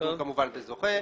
לומר מי הזוכה.